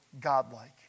godlike